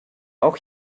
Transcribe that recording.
auch